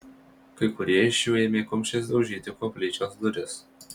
kai kurie iš jų ėmė kumščiais daužyti koplyčios duris